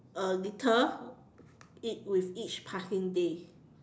a little each with each passing day